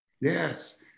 Yes